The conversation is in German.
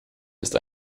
ist